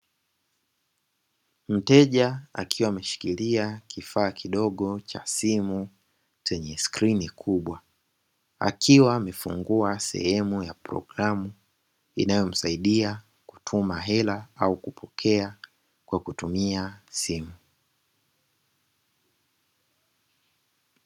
Mteja akiwa ameshikilia kifaa kidogo cha simu chenye skrini kubwa, akiwa amefungua sehemu ya programu inayomsaidia kutuma hela au kupokea kwa kutumia simu.